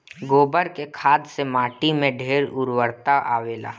गोबर के खाद से माटी में ढेर उर्वरता आवेला